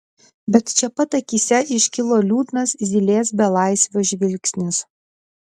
bet čia pat akyse iškilo liūdnas zylės belaisvio žvilgsnis